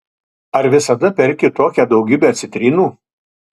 ar visada perki tokią daugybę citrinų